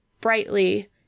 brightly